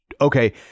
okay